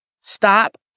stop